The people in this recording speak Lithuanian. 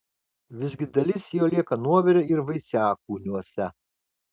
visgi dalis jo lieka nuovire ir vaisiakūniuose